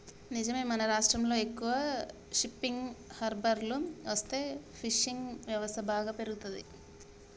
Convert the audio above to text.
నిజమే మన రాష్ట్రంలో ఎక్కువ షిప్పింగ్ హార్బర్లు వస్తే ఫిషింగ్ వ్యవస్థ బాగా పెరుగుతంది